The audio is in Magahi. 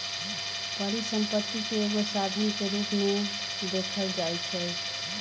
परिसम्पत्ति के एगो साधन के रूप में देखल जाइछइ